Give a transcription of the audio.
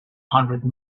hundred